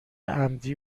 عمدی